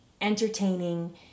entertaining